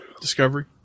Discovery